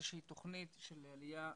זו ישיבת מעקב,